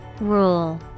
Rule